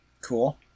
Cool